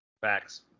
Facts